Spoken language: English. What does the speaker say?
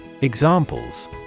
Examples